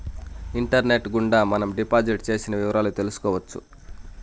internet గుండా మనం deposit చేసిన వివరాలు తెలుసుకోవచ్చు